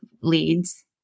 leads